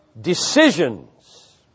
decisions